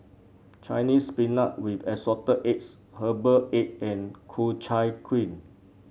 Chinese Spinach with Assorted Eggs Herbal Egg and Ku Chai Kuih